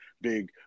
Big